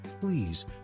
Please